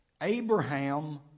Abraham